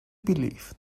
believe